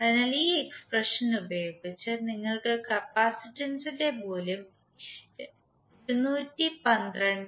അതിനാൽ ഈ എക്സ്പ്രഷൻ ഉപയോഗിച്ച് നിങ്ങൾക്ക് കപ്പാസിറ്റൻസിന്റെ മൂല്യം 212